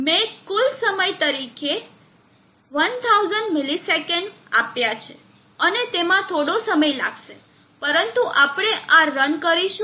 મેં કુલ સમય તરીકે 1000 મિલિસેકંડ આપ્યા છે અને તેમાં થોડો સમય લાગશે પરંતુ આપણે આ રન કરીશું